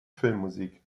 filmmusik